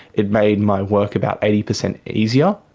it made my work about eighty percent easier.